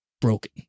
broken